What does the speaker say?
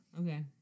Okay